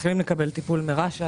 ומתחילים לקבל טיפול מרש"א.